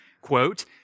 quote